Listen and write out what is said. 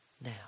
now